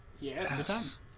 Yes